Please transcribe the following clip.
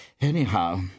Anyhow